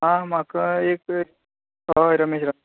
आं म्हाका एक होय रमेश